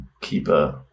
keeper